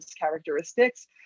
characteristics